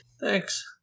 Thanks